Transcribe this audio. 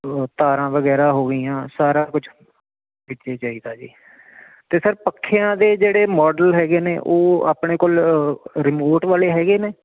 ਤਾਰਾਂ ਵਗੈਰਾ ਹੋ ਗਈਆਂ ਸਾਰਾ ਕੁਝ ਵਿੱਚੇ ਚਾਹੀਦਾ ਜੀ ਤੇ ਸਰ ਪੱਖਿਆਂ ਦੇ ਜਿਹੜੇ ਮਾਡਲ ਹੈਗੇ ਨੇ ਉਹ ਆਪਣੇ ਕੋਲ ਰਿਮੋਟ ਵਾਲੇ ਹੈਗੇ ਨੇ